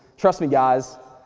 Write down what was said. trust me guys,